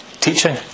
teaching